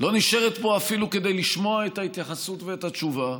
לא נשארת פה אפילו כדי לשמוע את ההתייחסות ואת התשובה,